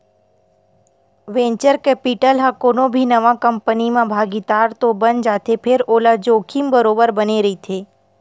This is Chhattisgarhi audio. वेंचर केपिटल ह कोनो भी नवा कंपनी म भागीदार तो बन जाथे फेर ओला जोखिम बरोबर बने रहिथे